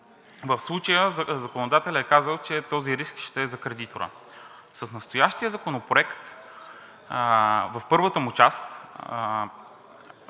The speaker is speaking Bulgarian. В случая законодателят е казал, че този риск ще е за кредитора. С настоящия законопроект в първата му част